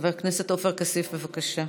חבר הכנסת עופר כסיף, בבקשה.